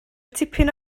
tipyn